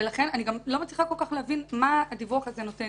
לכן אני גם לא מצליחה כל כך להבין מה הדיווח הזה נותן.